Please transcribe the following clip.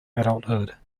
adulthood